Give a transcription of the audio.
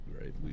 right